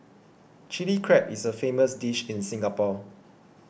Chilli Crab is a famous dish in Singapore